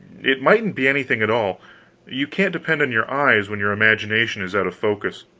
it mightn't be anything at all you can't depend on your eyes when your imagination is out of focus.